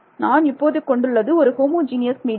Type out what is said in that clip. நான் இப்போது கொண்டுள்ளது ஒரு ஹோமோஜீனியஸ் மீடியம்